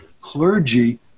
clergy